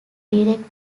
direct